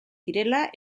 direla